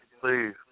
please